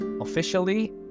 officially